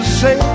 say